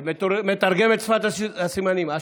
מתרגמת שפת הסימנים.